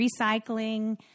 recycling